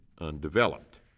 undeveloped